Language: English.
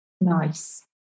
Nice